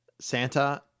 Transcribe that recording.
Santa